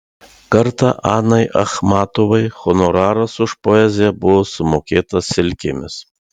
kartą anai achmatovai honoraras už poeziją buvo sumokėtas silkėmis